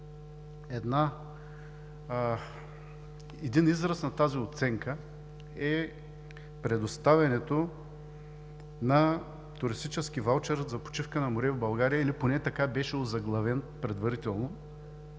Един израз на тази оценка е предоставянето на туристически ваучер за почивка на море в България – или поне така беше озаглавен предварително,